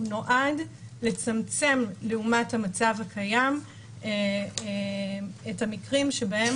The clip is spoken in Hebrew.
הוא נועד לצמצם לעומת המצב הקיים את המקרים שבהם